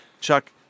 Chuck